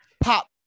pop